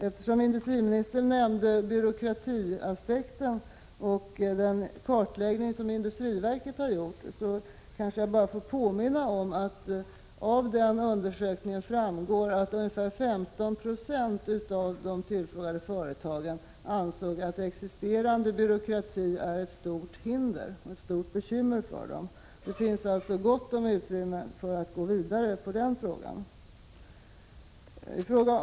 Eftersom industriministern nämnde byråkratiaspekten och den kartläggning som industriverket har gjort kanske jag bara får påminna om att det av den undersökningen framgår att ungefär 15 20 av de tillfrågade företagen ansåg att existerande byråkrati är ett stort hinder och ett stort bekymmer för 25 dem. Det finns alltså gott om utrymme för att gå vidare med förbättringar på det området.